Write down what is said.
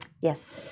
yes